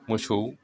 मोसौ